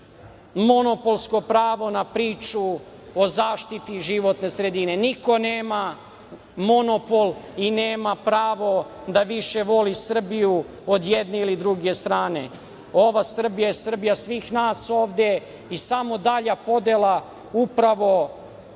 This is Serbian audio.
monopolsko pravo na priču o zaštiti životne sredine. Niko nema monopol i nema pravo da više voli Srbiju od jedne ili druge strane. Ova Srbija je Srbija svih nas ovde i samo dalja podela upravo